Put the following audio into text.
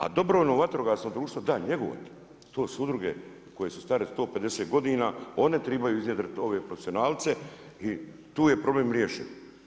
A dobrovoljno vatrogasno društvo, da njegovati, to su udruge koje su stare 150 godine one trebaju iznjedriti ove profesionalce i tu je problem riješen.